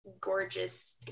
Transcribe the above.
gorgeous